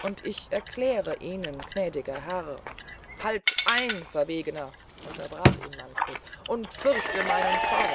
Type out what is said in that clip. und ich erkläre ihnen gnädiger herr halt ein verwegner unterbrach ihn manfred und fürchte meinen zorn